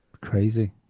Crazy